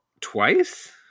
twice